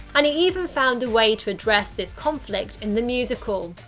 and he even found a way to address this conflict in the musical.